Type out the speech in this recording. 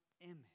image